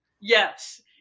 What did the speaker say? Yes